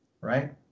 Right